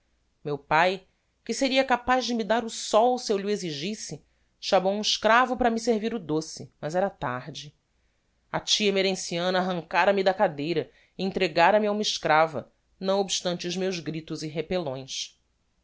meu pae que seria capaz de me dar o sol se eu lh o exigisse chamou um escravo para me servir o doce mas era tarde a tia emerenciana arrancára me da cadeira e entregára me a uma escrava não obstante os meus gritos e repellões